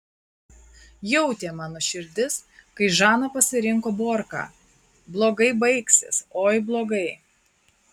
jautė mano širdis kai žana pasirinko borką blogai baigsis oi blogai